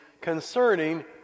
concerning